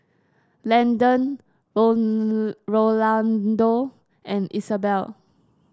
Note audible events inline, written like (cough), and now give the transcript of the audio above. Landen (unintelligible) Rolando and Isabell